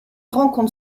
rencontrent